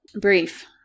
Brief